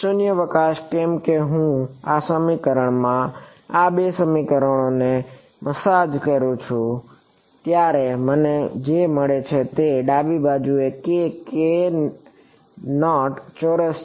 શૂન્યાવકાશ કેમ કે જ્યારે હું આ સમીકરણમાં આ બે સમીકરણોને મસાજ કરું છું ત્યારે મને જે મળે છે તે ડાબી બાજુએ k k naught ચોરસ છે